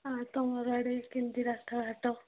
ଆଉ ତୁମର ଆଡ଼େ କେମିତି ରାସ୍ତା ଘାଟ